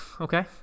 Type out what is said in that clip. Okay